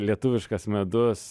lietuviškas medus